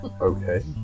Okay